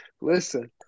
listen